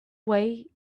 way